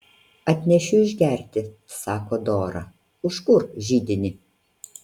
atnešiu išgerti sako dora užkurk židinį